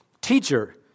Teacher